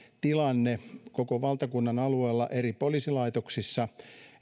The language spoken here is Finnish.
tilanne koko valtakunnan alueella eri poliisilaitoksissa